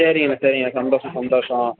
சேரிங்கண்ணே சேரிங்கண்ணே சந்தோசம் சந்தோஷம்